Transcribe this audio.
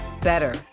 better